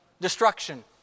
destruction